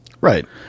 right